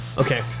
Okay